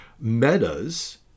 Meta's